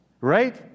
right